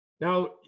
Now